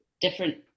different